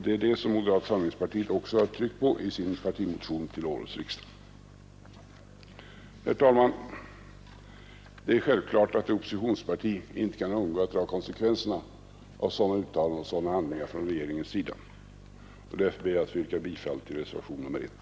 Det är detta som moderata samlingspartiet också har tryckt på i sin partimotion till årets riksdag. Herr talman! Det är självklart att ett oppositionsparti inte kan undgå att dra konsekvenserna av sådana uttalanden och handlingar från regeringens sida. Därför ber jag att få yrka bifall till reservationen 1.